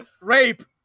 rape